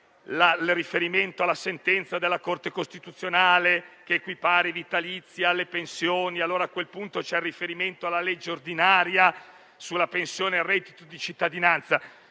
il riferimento alla sentenza della Corte costituzionale che equipara i vitalizi alle pensioni e il riferimento alla legge ordinaria sulla pensione e il reddito di cittadinanza.